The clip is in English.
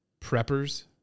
preppers